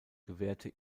gewährte